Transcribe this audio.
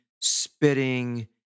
spitting